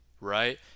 right